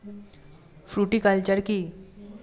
Fruticulture কী?